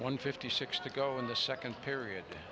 one fifty six to go in the second period